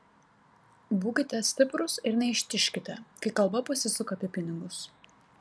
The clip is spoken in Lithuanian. būkite stiprūs ir neištižkite kai kalba pasisuka apie pinigus